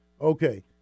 Okay